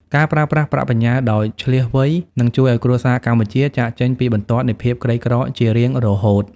ការប្រើប្រាស់ប្រាក់បញ្ញើដោយឈ្លាសវៃ នឹងជួយឱ្យគ្រួសារកម្ពុជាចាកចេញពីបន្ទាត់នៃភាពក្រីក្រជារៀងរហូត។